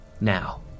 Now